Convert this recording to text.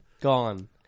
Gone